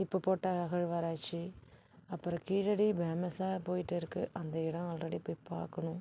இப்போ போட்ட அகழ்வாராய்ச்சி அப்புறம் கீழடி பேமஸாக போயிட்டுருக்குது அந்த இடம் ஆல்ரெடி போய் பார்க்கணும்